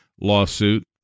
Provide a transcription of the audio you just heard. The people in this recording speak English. lawsuit